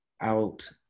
out